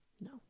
No